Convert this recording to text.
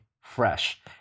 fresh